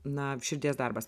na širdies darbas